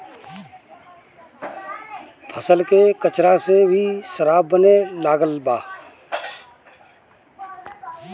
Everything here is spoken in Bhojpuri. फसल के कचरा से भी शराब बने लागल बा